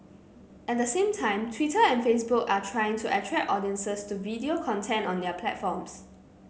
at the same time Twitter and Facebook are trying to attract audiences to video content on their platforms